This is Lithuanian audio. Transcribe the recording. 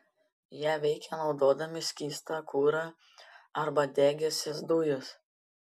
jie veikia naudodami skystą kurą arba degiąsias dujas